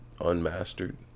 Unmastered